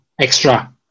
extra